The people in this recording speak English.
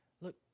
Look